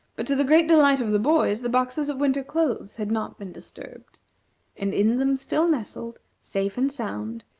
but to the great delight of the boys, the boxes of winter clothes had not been disturbed and in them still nestled, safe and sound,